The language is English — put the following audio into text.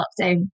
lockdown